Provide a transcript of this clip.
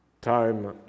time